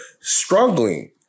struggling